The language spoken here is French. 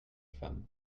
femme